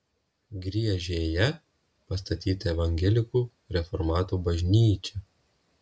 griežėje pastatyta evangelikų reformatų bažnyčia